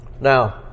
Now